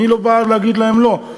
אני לא בא להגיד להם לא.